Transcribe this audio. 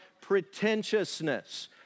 pretentiousness